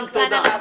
תודה.